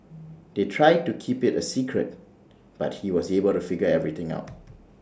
they tried to keep IT A secret but he was able to figure everything out